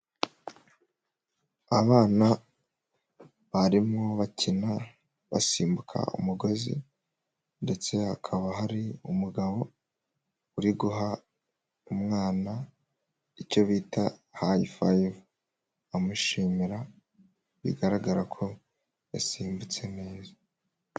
Abana barimo bakina basimbuka umugozi ndetse hakaba hari umugabo uri guha umwana icyo bita hayi fayive, amushimira bigaragara ko yasimbutse neza.